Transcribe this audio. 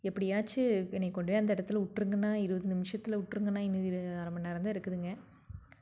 எப்டியாச்சும் என்னை கொண்டு போய் அந்த இடத்துல விட்ருங்கண்ணா இருபது நிமிஷத்தில் விட்ருங்கண்ணா இன்னும் இரு அரை மணி நேரந்தான் இருக்குதுங்க